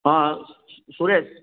ହଁ ସୁରେଶ